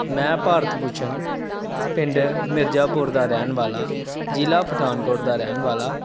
ਮੈਂ ਭਾਰਤ ਭੂਸ਼ਨ ਪਿੰਡ ਮਿਰਜਾਪੁਰ ਦਾ ਰਹਿਣ ਵਾਲਾ ਜ਼ਿਲ੍ਹਾ ਪਠਾਨਕੋਟ ਦਾ ਰਹਿਣ ਵਾਲਾ